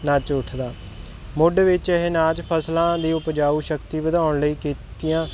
ਨੱਚ ਉੱਠਦਾ ਮੁੱਢ ਵਿੱਚ ਇਹ ਨਾਚ ਫਸਲਾਂ ਦੀ ਉਪਜਾਊ ਸ਼ਕਤੀ ਵਧਾਉਣ ਲਈ ਕੀਤੀਆਂ